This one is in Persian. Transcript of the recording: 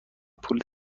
پول